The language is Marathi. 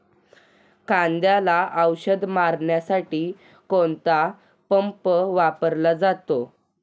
कांद्याला औषध मारण्यासाठी कोणता पंप वापरला जातो?